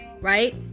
right